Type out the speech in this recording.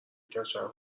کچل